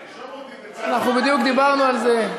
אנחנו בדיוק דיברנו על זה.